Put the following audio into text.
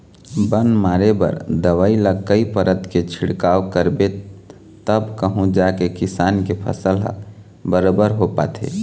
बन मारे बर दवई ल कई परत के छिड़काव करबे तब कहूँ जाके किसान के फसल ह बरोबर हो पाथे